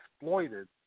exploited